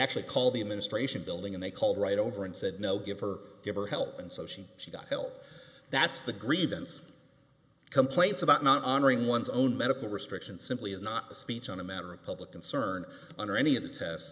actually called the administration building and they called right over and said no give her give her help and so she she got help that's the grievance complaints about not honoring one's own medical restrictions simply is not a speech on a matter of public concern under any of the test